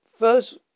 First